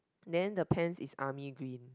then the pants is army green